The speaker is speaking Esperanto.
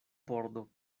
pordo